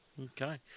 Okay